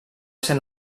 ser